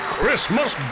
Christmas